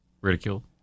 ridicule